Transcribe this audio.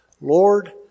Lord